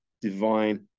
divine